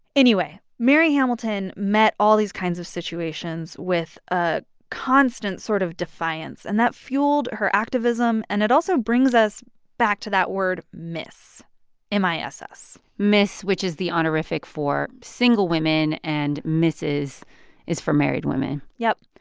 anyway, mary hamilton met all these kinds of situations with a constant sort of defiance. and that fueled her activism. and it also brings us back to that word miss m i s s miss, which is the honorific for single women. and misses is for married women yup.